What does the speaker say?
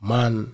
Man